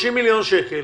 30 מיליון שקל